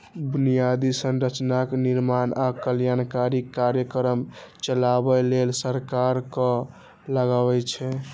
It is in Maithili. बुनियादी संरचनाक निर्माण आ कल्याणकारी कार्यक्रम चलाबै लेल सरकार कर लगाबै छै